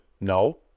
No